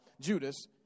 Judas